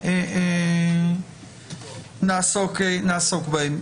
נעסוק בהם.